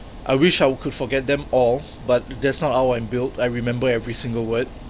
I wish I could forget them all but that's not how I'm built I remember every single word